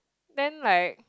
then like